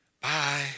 Bye